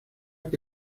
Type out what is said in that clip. que